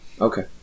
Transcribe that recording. Okay